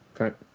Okay